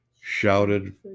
shouted